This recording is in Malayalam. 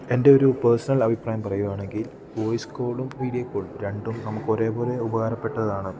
എൻ്റെ ഒരു പേഴ്സണൽ അഭിപ്രായം പറയുകയാണെങ്കിൽ വോയ്സ് കോളും വീഡിയോ കോളും രണ്ടും നമുക്ക് ഒരേപോലെ ഉപകാരപ്പെട്ടതാണ്